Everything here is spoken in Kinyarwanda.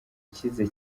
ukize